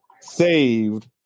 saved